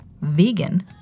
vegan